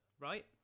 right